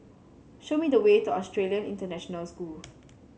show me the way to Australian International School